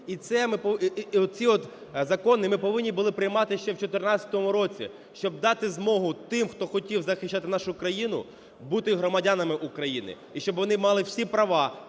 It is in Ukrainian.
І оці от закони ми повинні були приймати ще в 14-му році, щоб дати змогу тим, хто хотів захищати нашу країну, бути громадянами України, і щоб вони мали всі права